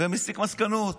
ומסיק מסקנות.